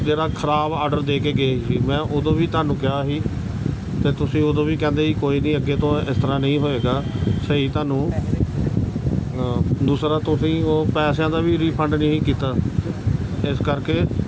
ਜਿਹੜਾ ਖਰਾਬ ਆਰਡਰ ਦੇ ਕੇ ਗਏ ਸੀ ਮੈਂ ਉਦੋਂ ਵੀ ਤੁਹਾਨੂੰ ਕਿਹਾ ਸੀ ਅਤੇ ਤੁਸੀਂ ਉਦੋਂ ਵੀ ਕਹਿੰਦੇ ਜੀ ਕੋਈ ਨਹੀਂ ਅੱਗੇ ਤੋਂ ਇਸ ਤਰ੍ਹਾਂ ਨਹੀਂ ਹੋਵੇਗਾ ਸਹੀ ਤੁਹਾਨੂੰ ਦੂਸਰਾ ਤੁਸੀਂ ਉਹ ਪੈਸਿਆਂ ਦਾ ਵੀ ਰਿਫੰਡ ਨਹੀਂ ਸੀ ਕੀਤਾ ਇਸ ਕਰਕੇ